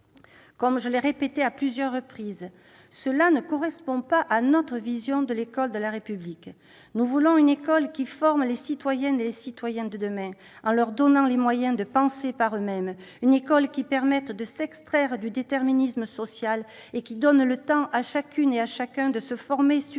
Je l'ai déclaré à plusieurs reprises : ce choix ne correspond pas à notre vision de l'école de la République. Nous voulons une école qui forme les citoyennes et les citoyens de demain, en leur donnant les moyens de penser par eux-mêmes, une école qui permette de s'extraire du déterminisme social et qui donne le temps à chacune et à chacun de se former suffisamment